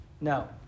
no